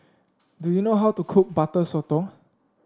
do you know how to cook Butter Sotong